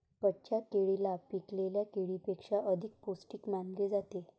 कच्च्या केळीला पिकलेल्या केळीपेक्षा अधिक पोस्टिक मानले जाते